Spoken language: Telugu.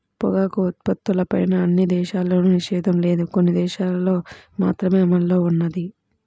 పొగాకు ఉత్పత్తులపైన అన్ని దేశాల్లోనూ నిషేధం లేదు, కొన్ని దేశాలల్లో మాత్రమే అమల్లో ఉన్నది